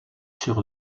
sur